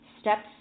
steps